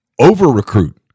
over-recruit